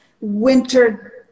winter